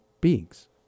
beings